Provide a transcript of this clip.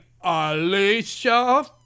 Alicia